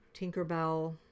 Tinkerbell